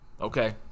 okay